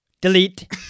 Delete